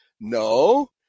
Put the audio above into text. No